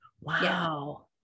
Wow